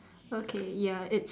okay ya it's